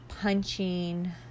punching